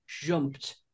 jumped